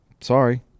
Sorry